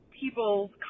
people's